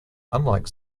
unlike